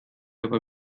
aber